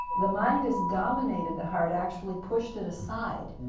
the mind has dominated the heart, actually pushed it aside.